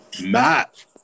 Matt